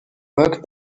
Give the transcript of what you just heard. work